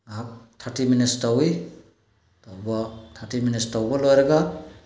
ꯉꯥꯏꯍꯥꯛ thirty minutes ꯇꯧꯋꯤ ꯇꯧꯕ ꯊꯥꯔꯇꯤ ꯃꯤꯅꯤꯠꯁ ꯇꯧꯕ ꯂꯣꯏꯔꯒ